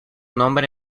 nombre